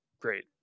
great